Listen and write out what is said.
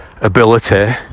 ability